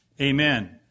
Amen